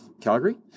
Calgary